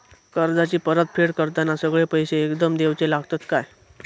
कर्जाची परत फेड करताना सगळे पैसे एकदम देवचे लागतत काय?